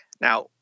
Now